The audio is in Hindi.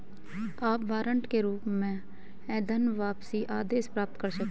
आप वारंट के रूप में धनवापसी आदेश प्राप्त कर सकते हैं